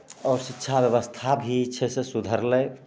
आओर शिक्षा बेबस्था भी छै से सुधरलै